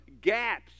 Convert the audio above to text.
gaps